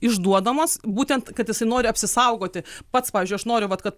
išduodamos būtent kad jisai nori apsisaugoti pats pavyzdžiui aš noriu vat kad